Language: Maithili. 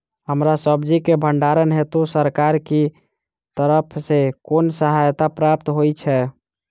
हरा सब्जी केँ भण्डारण हेतु सरकार की तरफ सँ कुन सहायता प्राप्त होइ छै?